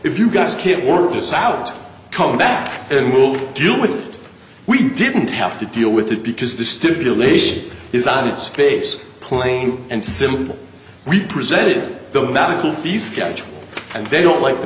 if you guys can't work this out come back and we'll deal with it we didn't have to deal with it because the stipulation is on it's face plain and simple we presented the battlefield schedule and they don't like the